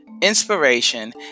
inspiration